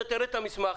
אתה תראה את המסמך,